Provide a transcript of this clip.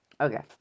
Okay